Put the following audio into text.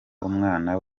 umwana